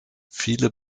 viele